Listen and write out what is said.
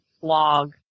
blog